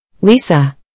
Lisa